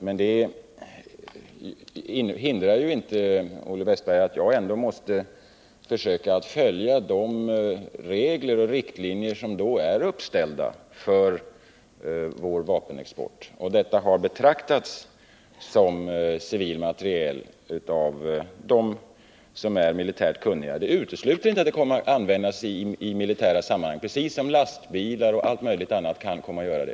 Men, Olle Wästberg, det hindrar inte att jag ändå måste försöka att följa de regler och riktlinjer som är uppställda för vår vapenexport. Detta har betraktats som civil materiel av dem som är militärt kunniga. Det utesluter inte att materielen används i militära sammanhang, precis som fallet kan bli med lastbilar och annat.